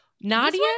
Nadia